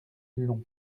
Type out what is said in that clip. long